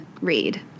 read